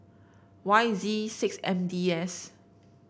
Y Z six M D S